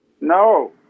No